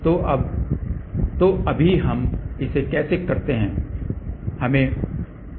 तो अभी हम इसे कैसे करते हैं